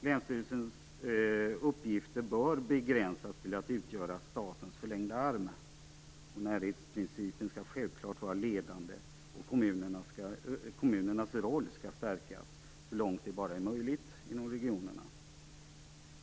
Länsstyrelsens uppgifter bör begränsas till att utgöra statens förlängda arm. Närhetsprincipen skall självfallet vara ledande. Kommunernas roll skall stärkas så långt det bara är möjligt inom regionerna.